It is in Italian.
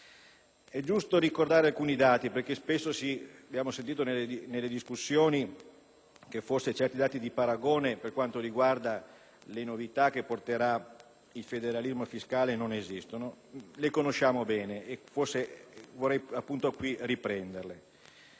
È giusto ricordare alcuni dati, perché spesso abbiamo sentito nelle discussioni che forse certi dati di paragone per quanto riguarda le novità che porterà il federalismo fiscale non esistono. I dati li conosciamo bene e vorrei appunto qui riprenderli.